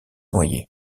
noyés